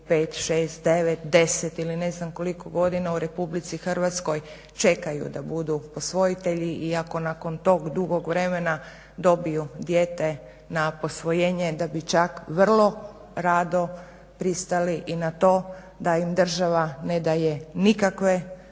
devet, deset ili ne znam koliko godina u RH čekaju da budu posvojitelji i ako nakon tog dugog vremena dobiju dijete na posvojenje i da bi čak vrlo rado pristali i na to da im država nedaje nikakve